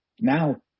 Now